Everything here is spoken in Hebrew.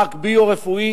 פארק ביו-רפואי,